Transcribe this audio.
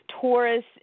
Taurus